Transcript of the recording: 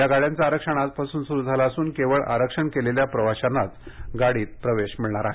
या गाड्यांच आरक्षण आजपासून सुरू झालं असून केवळ आरक्षण केलेल्या प्रवाशांनाच गाडीत प्रवेश मिळणार आहे